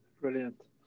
Brilliant